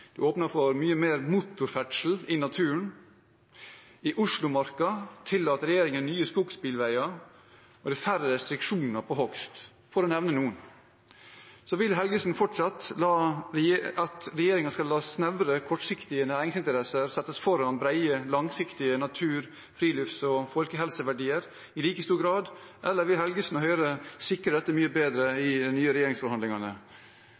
det er åpnet for mye mer motorferdsel i naturen, i Oslo-marka tillater regjeringen nye skogsbilveier, og det er færre restriksjoner på hogst, for å nevne noe. Vil Helgesen fortsatt at regjeringen skal la snevre, kortsiktige næringsinteresser settes foran brede, langsiktige natur-, frilufts- og folkehelseverdier i like stor grad, eller vil Helgesen og Høyre sikre dette mye bedre